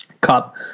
cup